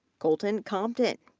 colton compton,